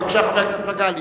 בבקשה, חבר הכנסת מגלי.